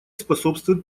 способствует